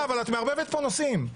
סליחה, את מערבבת נושאים.